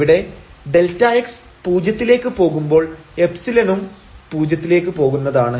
ഇവിടെ Δx പൂജ്യത്തിലേക്ക് പോകുമ്പോൾ എപ്സിലനും പൂജ്യത്തിലേക്ക് പോകുന്നതാണ്